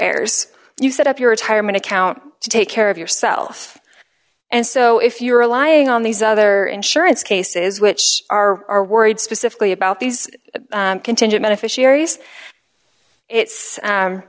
heirs you set up your retirement account to take care of yourself and so if you're a lying on these other insurance cases which are are worried specifically about these contingent beneficiaries it's